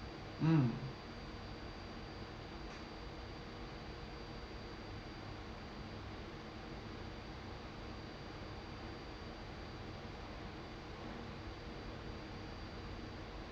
mm